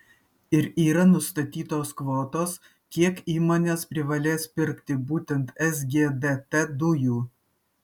ir yra nustatytos kvotos kiek įmonės privalės pirkti būtent sgdt dujų